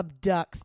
abducts